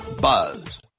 .buzz